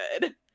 good